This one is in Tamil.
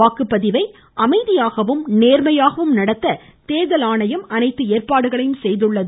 வாக்குப்பதிவை அமைதியாகவும் நேர்மையாகவும் நடத்த தேர்தல் ஆணையம் அனைத்து ஏற்பாடுகளையும் செய்துள்ளது